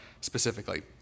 specifically